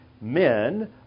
men